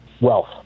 wealth